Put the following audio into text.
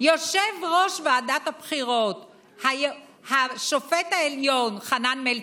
יושב-ראש ועדת הבחירות השופט העליון חנן מלצר,